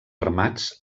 armats